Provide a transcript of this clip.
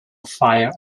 fire